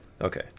Okay